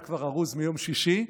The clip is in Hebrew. היה כבר ארוז מיום שישי.